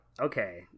Okay